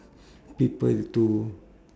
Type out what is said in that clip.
people to